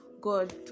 God